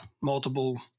multiple